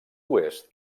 oest